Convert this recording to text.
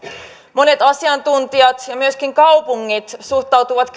monet asiantuntijat ja myöskin kaupungit suhtautuvat